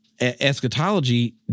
eschatology